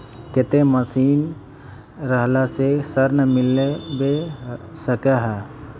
केते जमीन रहला से ऋण मिलबे सके है?